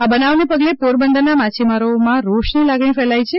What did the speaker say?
આ બનાવને પગલે પોરબંદરના માછીમારોમાં રોષની લાગણી ફેલાઈ છે